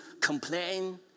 complain